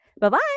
bye-bye